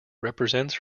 represents